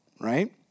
right